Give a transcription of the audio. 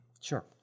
Sure